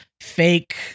fake